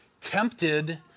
tempted